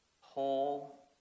whole